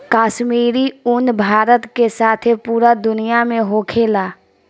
काश्मीरी उन भारत के साथे पूरा दुनिया में होखेला